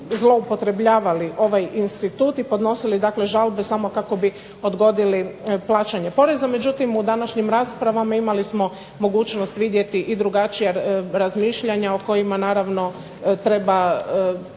zloupotrebljavali ovaj institut i podnosili dakle žalbe samo kako bi odgodili plaćanje poreza. Međutim u današnjim raspravama imali smo mogućnost vidjeti i drugačija razmišljanja, o kojima naravno treba